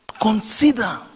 consider